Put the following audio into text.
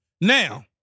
Now